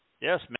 Yes